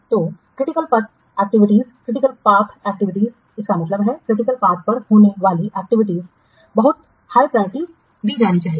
तो क्रिटिकल पथ एक्टिविटीज इसका मतलब है क्रिटिकल पाथ पर होने वाली एक्टिविटीज बहुत उच्च प्रायोरिटी दी जानी चाहिए